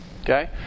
Okay